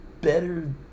better